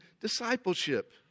discipleship